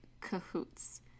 cahoots